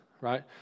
right